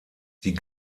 die